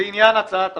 לעניין הצעת החוק,